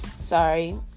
Sorry